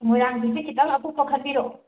ꯃꯣꯏꯔꯥꯡ ꯐꯤꯁꯦ ꯈꯤꯇꯪ ꯑꯀꯨꯞꯄ ꯈꯟꯕꯤꯔꯛꯑꯣ